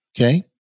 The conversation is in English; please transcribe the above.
Okay